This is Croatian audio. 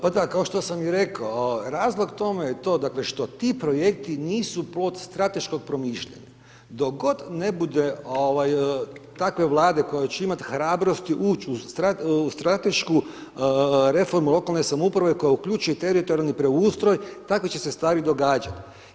Pa da, kao što sam i rekao razlog tome je to, dakle, što ti projekti nisu plod strateškog promišljanja, dok god ne bude takve Vlade koja će imat hrabrosti uć u stratešku reformu lokalne samouprave koja uključuje teritorijalni preustroj, takve će se stvari događat.